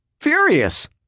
furious